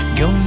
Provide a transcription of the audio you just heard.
go